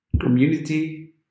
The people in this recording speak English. community